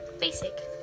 Basic